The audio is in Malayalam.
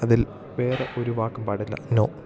അതിൽ വേറെ ഒരു വാക്കും പാടില്ല നോ